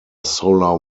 solar